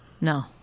No